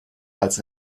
als